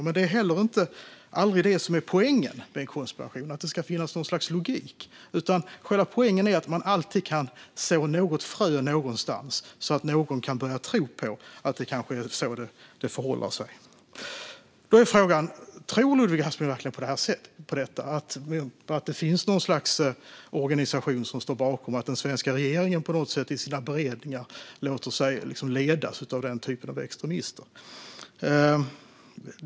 Men det är heller aldrig poängen med en konspirationsteori, utan poängen är att man alltid kan så ett frö så att någon kan börja tro att det kanske förhåller sig så. Tror Ludvig Aspling verkligen att det står något slags organisation bakom och att den svenska regeringen i sina beredningar låter sig ledas av denna typ av extremister?